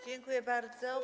Dziękuję bardzo.